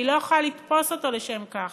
והיא לא יכולה לתפוס אותו לשם כך,